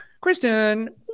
Kristen